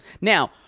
Now